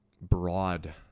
broad